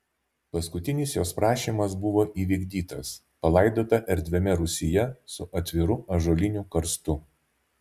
paskutinis jos prašymas buvo įvykdytas palaidota erdviame rūsyje su atviru ąžuoliniu karstu